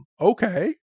Okay